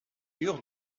murs